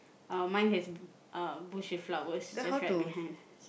uh mine has uh bush with flowers just right behind